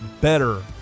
better